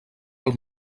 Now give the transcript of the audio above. pel